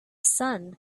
sun